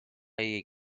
jej